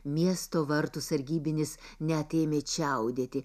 miesto vartų sargybinis net ėmė čiaudėti